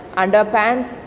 underpants